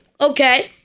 Okay